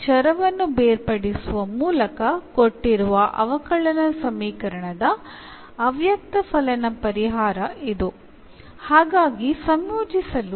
അതിനാൽ ഡിഫറൻഷ്യൽ സമവാക്യങ്ങളുടെ സൊലൂഷൻ കാണുന്നതിന് നമ്മൾ ഉപയോഗിക്കുന്ന ഏറ്റവും അടിസ്ഥാന മാർഗങ്ങളിൽ ഒന്നാണിത്